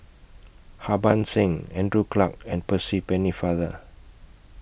Harbans Singh Andrew Clarke and Percy Pennefather